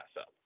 up